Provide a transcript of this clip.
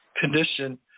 condition